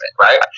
Right